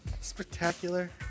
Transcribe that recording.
Spectacular